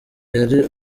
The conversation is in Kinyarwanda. yari